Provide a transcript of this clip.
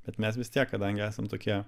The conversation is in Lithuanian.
bet mes vis tiek kadangi esam tokie